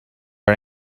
are